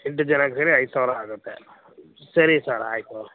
ಎಂಟು ಜನಕ್ಕೆ ಸೇರಿ ಐದು ಸಾವಿರ ಆಗುತ್ತೆ ಸರಿ ಸಾರ್ ಆಯಿತು